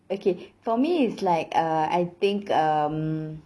okay for me is like err I think um